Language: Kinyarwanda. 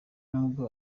n’ubwo